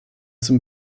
zum